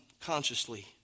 consciously